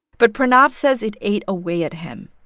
but pranav says it ate away at him.